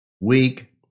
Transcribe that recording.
weak